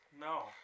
No